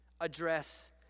address